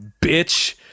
Bitch